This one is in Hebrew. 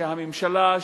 שהממשלה,